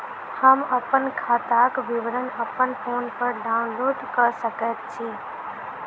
हम अप्पन खाताक विवरण अप्पन फोन पर डाउनलोड कऽ सकैत छी?